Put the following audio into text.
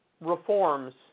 reforms